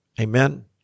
Amen